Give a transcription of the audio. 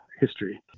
history